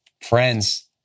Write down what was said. Friends